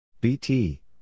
BT